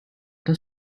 does